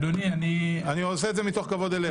אני עושה את זה מתוך כבוד אליך.